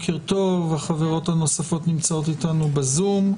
החברות האחרות נמצאות אתנו בזום.